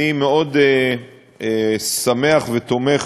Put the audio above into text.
אני שמח מאוד ותומך